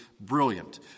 brilliant